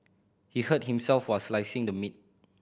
he hurt himself while slicing the meat